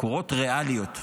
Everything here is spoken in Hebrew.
תקורות ריאליות.